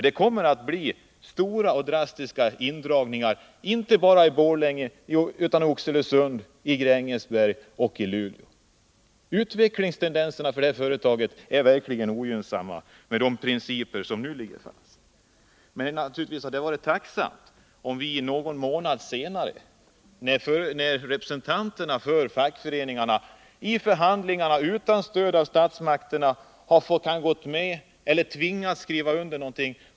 Det kommer att bli stora och drastiska indragningar. Det gäller inte bara för Borlänge, utan också för Oxelösund, för Grängesberg och för Luleå. Utvecklingstendenserna för det här företaget är verkligen ogynnsamma med de principer som nu ligger fast. 173 Men man hade naturligtvis gärna sett att vi diskuterat detta först om någon månad. Då hade kanske representanterna för fackföreningarna utan stöd av statsmakterna varit tvungna att skriva under på det företagsledningen föreslagit.